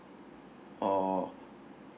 or